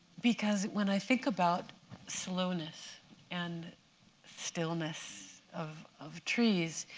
because when i think about slowness and stillness of of trees,